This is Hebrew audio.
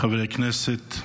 חברי הכנסת,